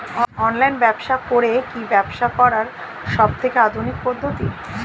Online ব্যবসা করে কি ব্যবসা করার সবথেকে আধুনিক পদ্ধতি?